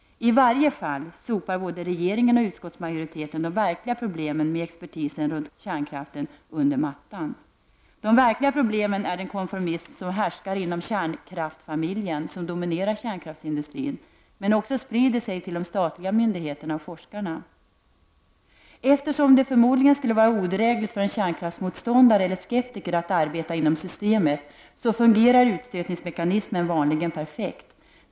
I varje fall sopar både regeringen och utskottsmajoriteten de verkliga problemen med expertisen runt kärnkraften under mattan. De verkliga problemen är den konformism som härskar inom kärnkraftsfamiljen som dominerar kärnkraftsindustrin men som också sprider sig till de statliga myndigheterna och forskarna. Eftersom det förmodligen skulle vara odrägligt för en kärnkraftsmotståndare eller skeptiker att arbeta inom systemet så fungerar utstötningsmekanismen vanligen perfekt.